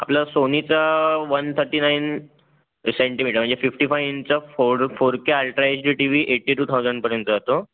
आपला सोनीचा one thirty nine centimetre म्हणजे fifty five inch four four K ultra H D T V eighty two थाउजंडपर्यंत जातो